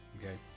okay